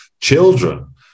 children